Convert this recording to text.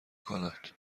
کند